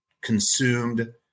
consumed